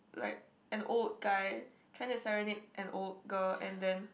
like an old guy trying to serenade an old girl and then